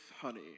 honey